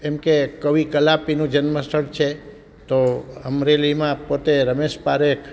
એમકે કવિ કલાપીનું જન્મ સ્થળ છે તો અમરેલીમાં પોતે રમેશ પારેખ